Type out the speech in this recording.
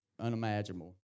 unimaginable